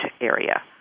area